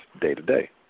day-to-day